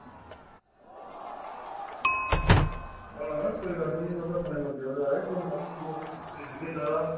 आं कोई गल्ल निं तुस अपने बंदे ओ सारे कैसी गल्ल कीती तुसें छड्डी देगे इन्ना हारा